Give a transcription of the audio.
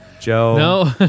Joe